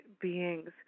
beings